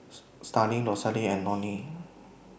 Starling Rosalie and Lonnie